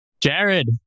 Jared